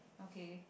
okay